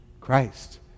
Christ